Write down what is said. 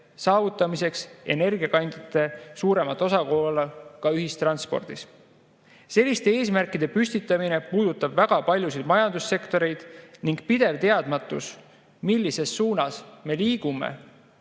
saavutamiseks energiakandjate suuremat osakaalu ka ühistranspordis. Selliste eesmärkide püstitamine puudutab väga paljusid majandussektoreid. Pidev teadmatus, millises suunas me liigume,